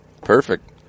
perfect